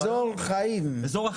איזור החיים.